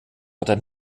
oder